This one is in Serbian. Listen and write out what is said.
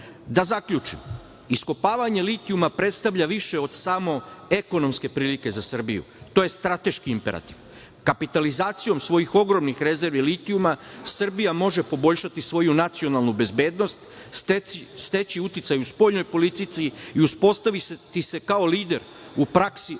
EU.Da zaključim, iskopavanje litijuma predstavlja više od samo ekonomske prilike za Srbiju. To je strateški imperativ. Kapitalizacijom svojih ogromnih rezervi litijuma Srbija može poboljšati svoju nacionalnu bezbednost, steći uticaj u spoljnoj politici i postaviti se kao lider u praksi održivog